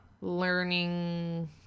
learning